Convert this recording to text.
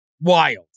Wild